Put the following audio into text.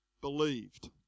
believed